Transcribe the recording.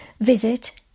visit